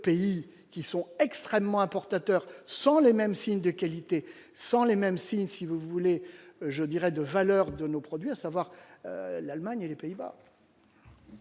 pays qui sont extrêmement importateur sans les mêmes signes de qualité sans les mêmes si, si vous voulez, je dirais, de valeurs, de nos produits, à savoir l'Allemagne et les Pays-Bas.